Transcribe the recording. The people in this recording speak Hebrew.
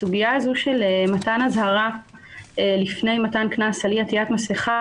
הסוגיה הזו של מתן אזהרה לפני מתן קנס על אי עטיית מסכה,